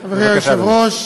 היושב-ראש,